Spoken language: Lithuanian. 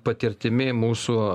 patirtimi mūsų